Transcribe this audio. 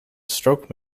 stroke